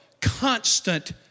constant